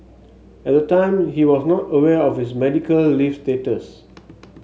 at the time he was not aware of his medical leave status